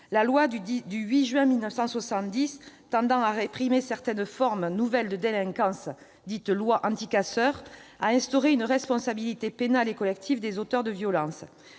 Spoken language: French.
la loi du 8 juin 1970 tendant à réprimer certaines formes nouvelles de délinquance, dite « loi anti-casseurs », a instauré une responsabilité pénale et collective des auteurs de violences.